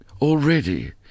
already